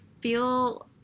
feel